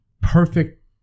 perfect